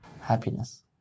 Happiness